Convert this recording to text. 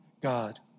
God